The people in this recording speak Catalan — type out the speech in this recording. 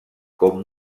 com